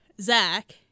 Zach